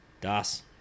Das